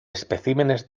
especímenes